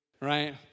Right